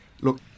Look